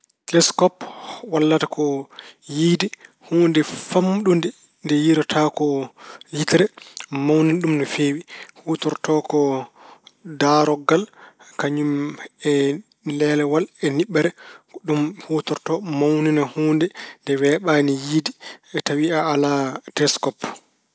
Teleskop wallata ko yiyde huunde famɗunde, nde yiyrotaako yitere, mawnina ɗum no feewi. Huutorto ko daarorgal kañum e leelewal e niɓɓere. Ko ɗum huutorto mawnina huunde nde weeɓaani yiyde tawi a alaa teleskop.